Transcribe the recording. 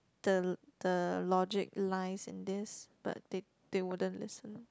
the the logic lies in this but they they wouldn't listen